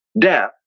death